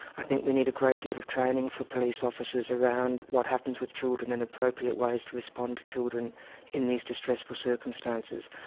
i think we need a great deal of training for police officer around what happens with children and appropriate ways to respond to children in these distressful circumstances.